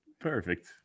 Perfect